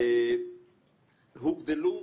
אגב,